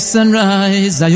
sunrise